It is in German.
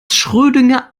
schrödinger